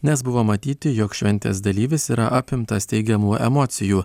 nes buvo matyti jog šventės dalyvis yra apimtas teigiamų emocijų